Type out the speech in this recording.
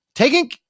Taking